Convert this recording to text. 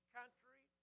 country